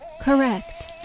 Correct